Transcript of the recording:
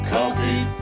Coffee